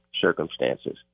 circumstances